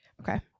Okay